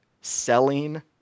selling